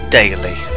daily